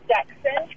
Jackson